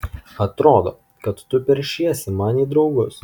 atrodo kad tu peršiesi man į draugus